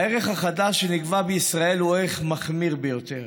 הערך החדש שנקבע בישראל הוא ערך מחמיר ביותר